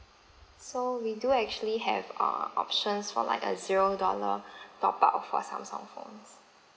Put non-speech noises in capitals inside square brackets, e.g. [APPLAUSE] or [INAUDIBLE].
so we do actually have uh options for like a zero dollar [BREATH] top up for samsung phones